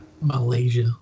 malaysia